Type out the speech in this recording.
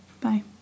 Bye